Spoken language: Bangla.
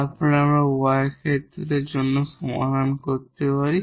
তারপর আমরা y এর জন্য সমাধান করতে পারি